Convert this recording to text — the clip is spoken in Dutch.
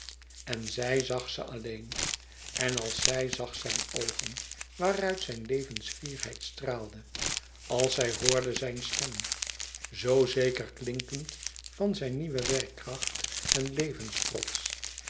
en zij zag ze alleen en als zij zag zijn oogen waaruit zijn levensfierheid straalde als zij hoorde zijn stem zoo zeker klinkend van zijn nieuwe werkkracht en